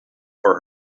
for